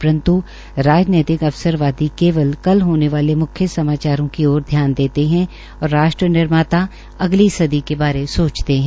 परन्त् राजनैजिक अवसरवादी केवल कल होने वाले म्ख्य समाचारों की ओर ध्यान देते है और राष्ट्र निर्माता अगली सदी के बारे सोचते है